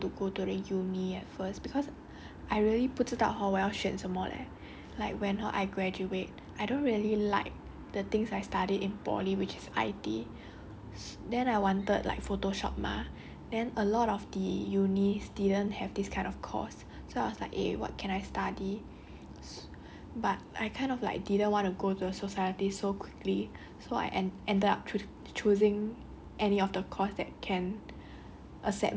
ya I'm actually quite stressed too like actually I didn't wanted to go to the uni at first cause I really 不知道 hor 我要选什么 leh like when hor I graduate I don't really like the things I study in poly which is I_T then I wanted like photoshop mah then a lot of the uni students have this kind of course so I was like eh what can I study but I kind of like didn't want to go to a society so quickly so I end~ ended up